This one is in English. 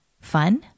Fun